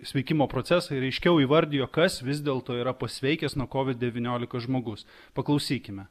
sveikimo procesą ir aiškiau įvardijo kas vis dėlto yra pasveikęs nuo covid devyniolika žmogus paklausykime